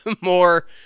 more